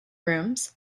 rooms